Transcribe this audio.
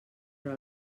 però